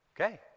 okay